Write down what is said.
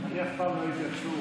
אני אף פעם לא הייתי עצור.